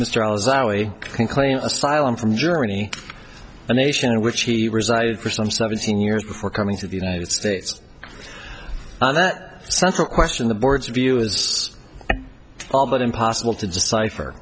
azari can claim asylum from germany a nation in which he resided for some seventeen years before coming to the united states and that central question the board's view was all but impossible to decipher